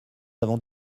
avons